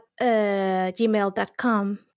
gmail.com